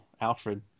Alfred